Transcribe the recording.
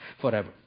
forever